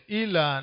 ila